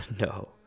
No